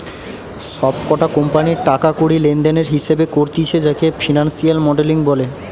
সব কটা কোম্পানির টাকা কড়ি লেনদেনের হিসেবে করতিছে যাকে ফিনান্সিয়াল মডেলিং বলে